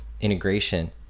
integration